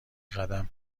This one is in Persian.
قدم